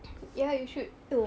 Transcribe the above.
ya you should too